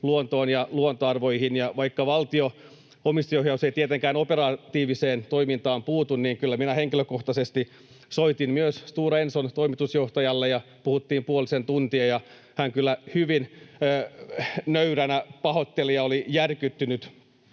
luontoon ja luontoarvoihin. Ja vaikka valtio, omistajaohjaus ei tietenkään operatiiviseen toimintaan puutu, niin kyllä minä henkilökohtaisesti soitin myös Stora Enson toimitusjohtajalle ja puhuttiin puolisen tuntia, ja hän kyllä hyvin nöyränä pahoitteli ja oli järkyttynyt